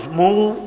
move